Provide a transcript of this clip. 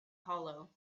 hollow